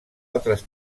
altres